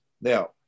Now